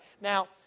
Now